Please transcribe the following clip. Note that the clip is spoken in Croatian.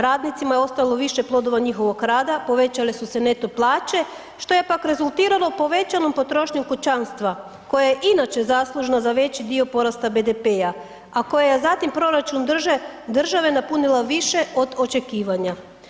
Radnicima je ostalo više plodova njihovog rada, povećale su se neto plaće, što je pak rezultiralo povećanom potrošnjom kućanstva, koje je inače zaslužno za veći dio porasta BDP-a, a koja zatim proračun države napunila više od očekivanja.